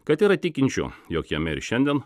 kad yra tikinčių jog jame ir šiandien